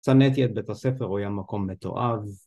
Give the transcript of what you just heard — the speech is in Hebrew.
‫שנאתי את בית הספר, ‫הוא היה מקום מתועב.